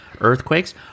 Earthquakes